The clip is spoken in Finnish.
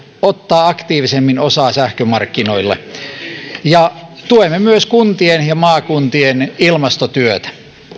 ottaa aktiivisemmin osaa sähkömarkkinoihin tuemme myös kuntien ja maakuntien ilmastotyötä